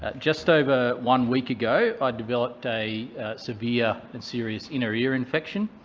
ah just over one week ago, i developed a severe and serious inner ear infection.